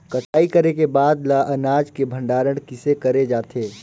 कटाई करे के बाद ल अनाज के भंडारण किसे करे जाथे?